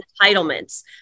entitlements